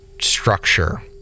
structure